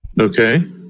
Okay